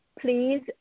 please